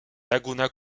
laguna